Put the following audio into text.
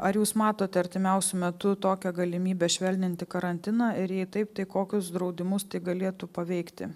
ar jūs matote artimiausiu metu tokią galimybę švelninti karantiną ir jei taip tai kokius draudimus galėtų paveikti